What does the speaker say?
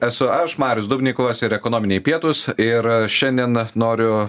esu aš marius dubnikovas ir ekonominiai pietūs ir šiandien noriu